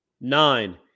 Nine